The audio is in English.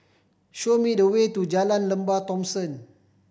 show me the way to Jalan Lembah Thomson